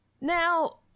now